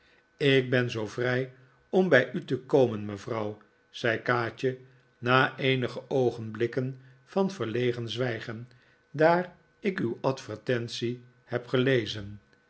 ik ben zoo vrij om bij u te komen mevrouw zei kaatje na eenige oogenblikken van verlegen zwijgen daar ik uw advertentie heb gelezen